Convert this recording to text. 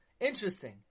Interesting